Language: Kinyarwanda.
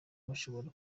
bashobora